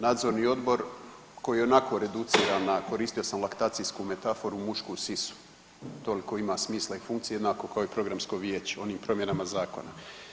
Nadzorni odbor koji je ionako reduciran, a koristio sam laktacijsku metaforu mušku sisu, toliko ima smisla i funkcije jednako kao i programsko vijeće onim promjenama zakona.